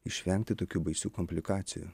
išvengti tokių baisių komplikacijų